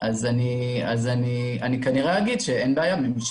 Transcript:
אני כנראה אומר שאין בעיה.